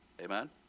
Amen